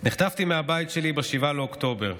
נחטפתי מהבית שלי ב-7 באוקטובר.